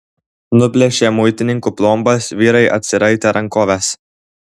nuplėšę muitininkų plombas vyrai atsiraitė rankoves